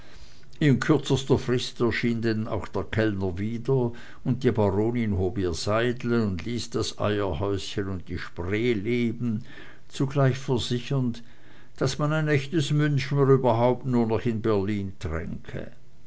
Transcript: in kürzester frist erschien denn auch der kellner wieder und die baronin hob ihr seidel und ließ das eierhäuschen und die spree leben zugleich versichernd daß man ein echtes münchener überhaupt nur noch in berlin tränke